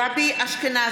בעד גבי אשכנזי,